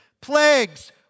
plagues